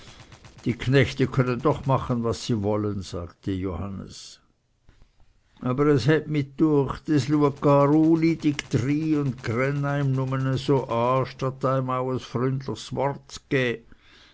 die knechte können doch machen was sie wollen sagte johannes aber es het mih düecht es lueg gar ulydig dry und gränn eim nume so an statt